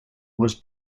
was